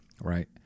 Right